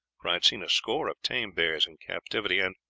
for i had seen a score of tame bears in captivity, and,